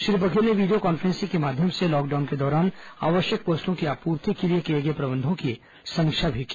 श्री बघेल ने video conferencing के माध्यम से लॉकडाउन के दौरान आवश्यक वस्तुओं की आपूर्ति के लिए किए गए प्रबंधों की समीक्षा की